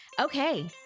okay